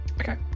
Okay